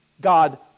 God